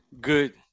Good